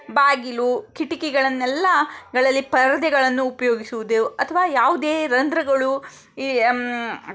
ಬಾಗಿಲು ಕಿಟಕಿಗಳನ್ನೆಲ್ಲಗಳಲ್ಲಿ ಪರದೆಗಳನ್ನು ಉಪಯೋಗಿಸುವುದು ಅಥವಾ ಯಾವುದೇ ರಂಧ್ರಗಳು ಈ